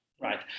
Right